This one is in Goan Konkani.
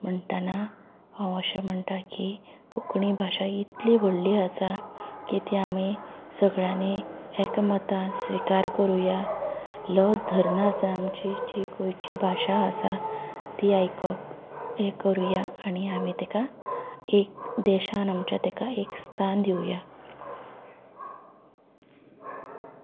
म्हणटना हांव अशें म्हणटा की कोंकणी भाशा ही इतली व्हडली आसा की ती आमी सगळ्यांनी एकमतान स्विकार करुया लज धरनासतना आमची जी गोंयची भाशा आसा ती आयकप हें करुया आनी आमी तिका एक देशांत एक स्थान दिवुया